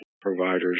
providers